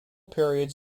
periods